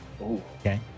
Okay